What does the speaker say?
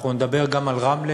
אנחנו נדבר גם על רמלה,